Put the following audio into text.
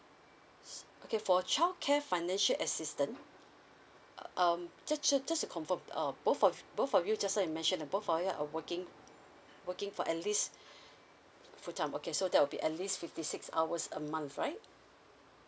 s~ okay for childcare financial assistance um just just to confirm uh both of both of you just now you mention both of you are working working for at least full time okay so that will be at least fifty six hours a month right